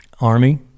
Army